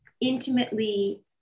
intimately